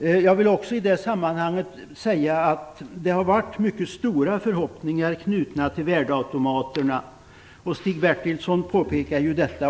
Jag vill också i det sammanhanget säga att det har varit mycket stora förhoppningar knutna till värdeautomaterna. Stig Bertilsson påpekade också detta.